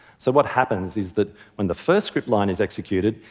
so what happens is that when the first script line is executed,